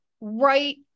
right